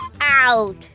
Out